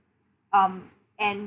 um and